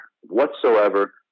whatsoever